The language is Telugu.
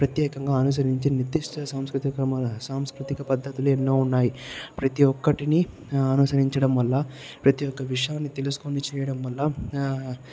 ప్రత్యేకంగా అనుసరించే నిర్దిష్ట సాంస్కృతిక సాంస్కృతిక పద్ధతులు ఎన్నో ఉన్నాయి ప్రతి ఒక్కటిని ఆ అనుసరించడం వల్ల ప్రతి ఒక్క విషయాన్ని తెలుసుకుని చేయడంవల్ల ఆ